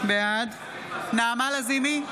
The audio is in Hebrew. בעד נעמה לזימי,